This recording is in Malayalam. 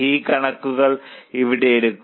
ഈ കണക്കുകൾ ഇവിടെ എടുക്കുക